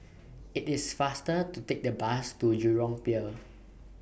IT IS faster to Take The Bus to Jurong Pier